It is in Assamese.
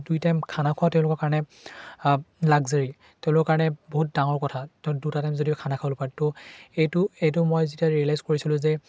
দুই টাইম খানা খোৱা তেওঁলোকৰ কাৰণে লাগজাৰী তেওঁলোকৰ কাৰণে বহুত ডাঙৰ কথা দুটা টাইম যদিও খানা খাবলৈ পায় তো এইটো এইটো মই যেতিয়া ৰিয়েলাইজ কৰিছিলোঁ যে